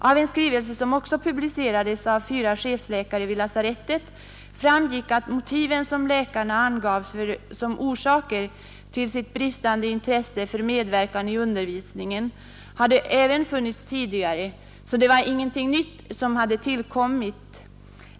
Av en skrivelse från fyra chefläkare vid lasarettet, vilken också publicerades, framgick att de skäl som läkarna angav som orsak till sitt bristande intresse för medverkan i undervisningen hade förelegat även tidigare. Det var alltså ingenting nytt som hade tillkommit.